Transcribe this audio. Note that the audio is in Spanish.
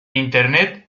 internet